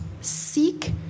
seek